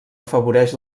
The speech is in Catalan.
afavoreix